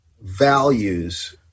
values –